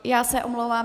Já se omlouvám.